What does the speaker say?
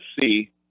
see